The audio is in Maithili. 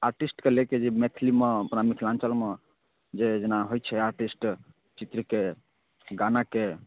आर्टिस्टके लऽ कऽ जे मैथिलीमे अपना मिथिलाञ्चलमे जे जेना होइ छै आर्टिस्ट चित्रके गानाके